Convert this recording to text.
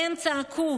והם צעקו,